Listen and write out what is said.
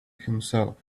himself